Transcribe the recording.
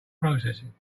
processing